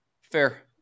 fair